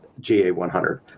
GA100